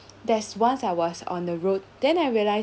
there's once I was on the road then I realise